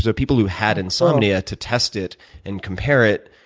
so people who had insomnia to test it and compare it,